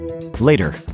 Later